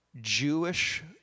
Jewish